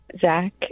Zach